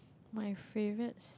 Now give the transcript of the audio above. my favourite